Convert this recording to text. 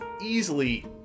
easily